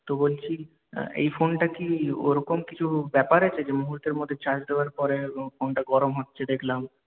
তো বলছি এই ফোনটা কি ওরকম কিছু ব্যাপার আছে যে মুহূর্তের মধ্যে চার্জ দেওয়ার পরে ফোনটা গরম হচ্ছে দেখলাম